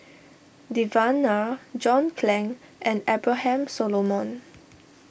Devan Nair John Clang and Abraham Solomon